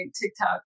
TikTok